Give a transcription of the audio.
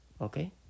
Okay